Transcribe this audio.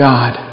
God